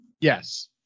Yes